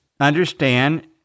Understand